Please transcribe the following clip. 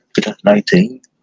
2019